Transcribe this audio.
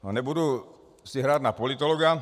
Nebudu si hrát na politologa.